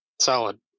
Solid